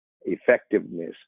effectiveness